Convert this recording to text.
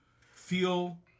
feel